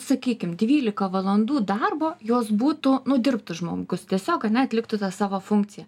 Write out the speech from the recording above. sakykim dvylika valandų darbo jos būtų nu dirbtų žmogus tiesiog ane atliktų tą savo funkciją